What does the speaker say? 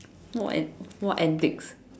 what an~ what antics